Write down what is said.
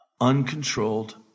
uncontrolled